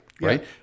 Right